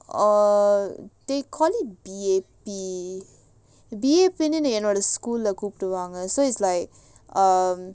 err they call it be be B_P என்னோட:ennoda school கூப்பிடுவாங்க:koopduvanga so it's like err